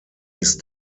ist